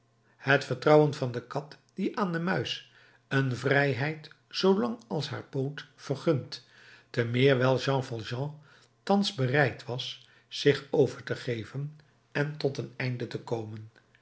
het vertrouwen van de kat die aan de muis een vrijheid zoo lang als haar poot vergunt te meer wijl jean valjean thans bereid was zich over te geven en tot een einde te komen